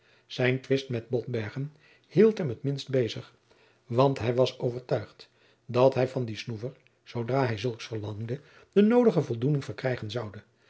zijn twist met botbergen hield hem het minst bezig want hij was overtuigd dat hij van dien snoever zoodra hij zulks verlangde de noodige voldoening verkrijgen zoude